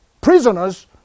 prisoners